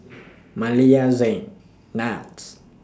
Maleah Zayne Niles